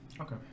Okay